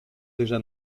déjà